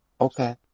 okay